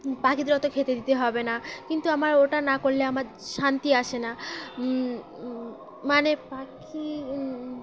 পাখিদের অত খেতে দিতে হবে না কিন্তু আমার ওটা না করলে আমার শান্তি আসে না মানে পাখি